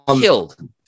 Killed